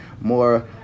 more